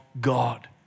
God